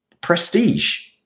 prestige